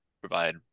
provide